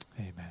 amen